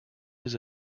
his